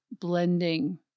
blending